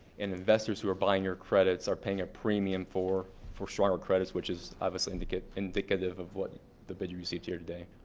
and investors who are buying your credits are paying a premium for stronger stronger credits, which is obviously indicative indicative of what the bid you received here today.